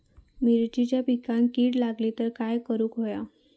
मिरचीच्या पिकांक कीड लागली तर काय करुक होया?